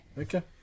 Okay